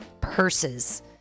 purses